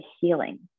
healing